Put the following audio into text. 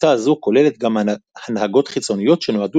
שיטה זו כוללת גם הנהגות חיצוניות שנועדו